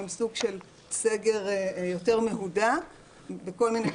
הם סוג של סגר יותר מהודק בכל מיני פרמטרים,